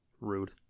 Rude